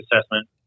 assessment